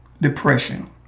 depression